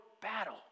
battle